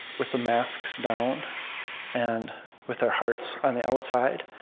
with the masks down and with their hearts on the outside.